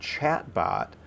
chatbot